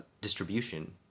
distribution